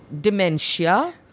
dementia